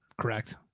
correct